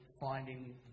finding